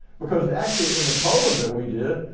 because actually in the polling that we did,